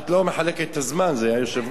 את לא מחלקת את הזמן, זה היושב-ראש,